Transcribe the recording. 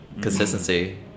Consistency